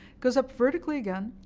goes up vertically again,